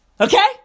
Okay